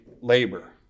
labor